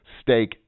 steak